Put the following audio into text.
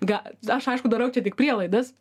ga aš aišku dabar čia tik prielaidas